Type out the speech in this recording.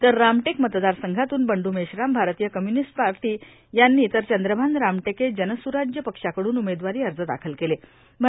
तर रामटेक मतदारसंघातून बंडू मेश्राम भारतीय कम्युनिस्ट पार्टी यांनी तर चंद्रभान रामटेके जनसुराज्य पक्षाकडून उमेदवारी अर्ज दाखल केलं आहे